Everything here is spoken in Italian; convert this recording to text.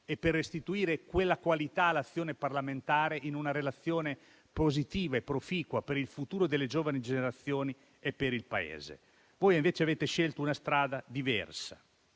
e per restituire quella qualità all'azione parlamentare in una relazione positiva e proficua per il futuro delle giovani generazioni e per il Paese. Voi, invece, avete scelto una strada diversa,